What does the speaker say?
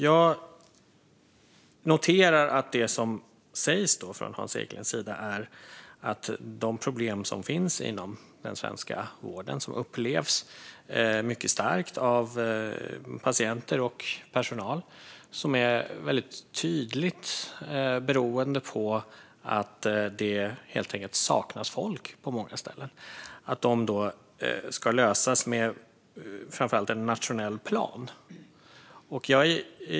Jag noterar att det som sägs från Hans Eklinds sida är att de problem som finns inom den svenska vården, problem som patienter och personal mycket starkt upplever är tydligt beroende på att det helt enkelt saknas folk på många ställen, ska lösas med framför allt en nationell plan.